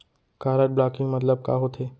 Card blocking मतलब का होथे?